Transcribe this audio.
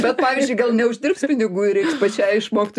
bet pavyzdžiui gal neuždirbs pinigų reiks pačiai išmokt